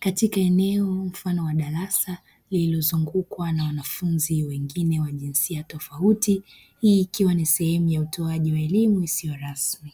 katika eneo mfano wa darasa lililozungukwa na wanafunzi wengine wa jinsia tofauti, hii ikiwa ni sehemu ya utoaji wa elimu isiyo rasmi.